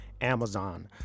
Amazon